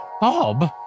Bob